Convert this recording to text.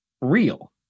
real